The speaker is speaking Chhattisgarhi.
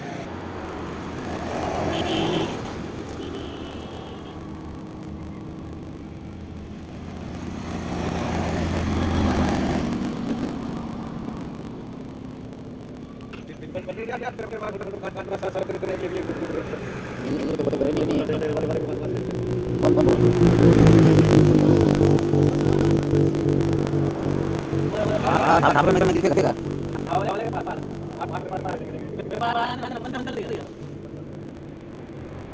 जेन गाय, भइसी, छेरी ह दुहानी होथे तेन ल बुखार वाला बेमारी ह होथे पिला देके चौबीस घंटा के भीतरी म ही ऐ तकलीफ दिखउल देथे